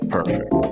Perfect